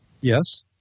Yes